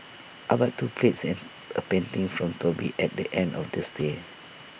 I bought two plates and A painting from Toby at the end of the stay